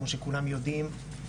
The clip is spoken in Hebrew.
כמו שכולם יודעים.